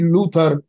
Luther